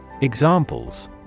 Examples